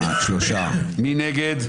מי נגד?